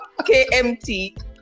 KMT